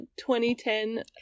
2010